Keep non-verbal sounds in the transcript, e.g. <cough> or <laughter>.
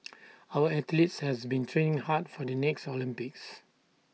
<noise> our athletes has been training hard for the next Olympics